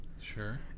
sure